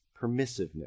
permissiveness